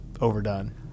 overdone